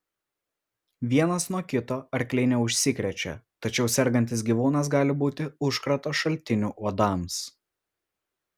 vienas nuo kito arkliai neužsikrečia tačiau sergantis gyvūnas gali būti užkrato šaltiniu uodams